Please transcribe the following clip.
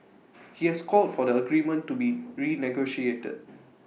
he has called for the agreement to be renegotiated